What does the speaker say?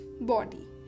body